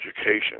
Education